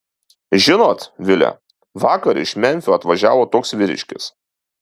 žinot vile vakar iš memfio atvažiavo toks vyriškis